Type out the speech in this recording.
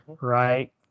right